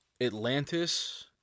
Atlantis